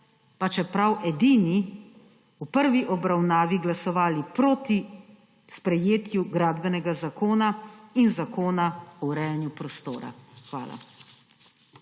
pa čeprav edini, v prvi obravnavi glasovali proti sprejetju gradbenega zakona in zakona o urejanju prostora. Hvala.